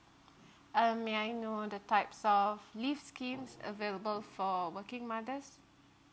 um may I know the types of leave schemes available for working mothers